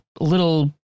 little